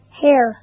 hair